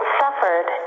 suffered